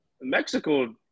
Mexico